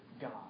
God